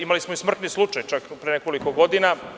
Imali smo i smrtni slučaj čak pre nekoliko godina.